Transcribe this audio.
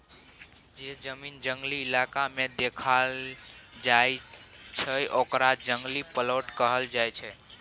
जे जमीन जंगली इलाका में देखाएल जाइ छइ ओकरा जंगल प्लॉट कहल जाइ छइ